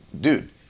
dude